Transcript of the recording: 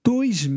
Dois